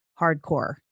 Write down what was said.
hardcore